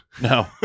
No